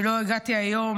לא הגעתי היום,